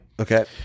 okay